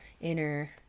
inner